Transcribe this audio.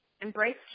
Embrace